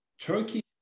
Turkey